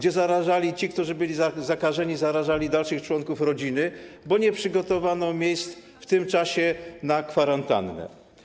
Ci, którzy byli zakażeni, zarażali dalszych członków rodziny, bo nie przygotowano miejsc w tym czasie na kwarantannę.